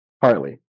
Partly